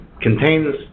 contains